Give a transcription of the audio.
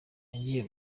nagiye